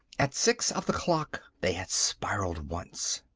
at six of the clock they had spiralled once.